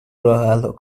راهحلها